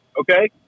okay